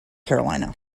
carolina